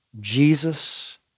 Jesus